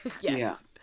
Yes